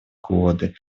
годы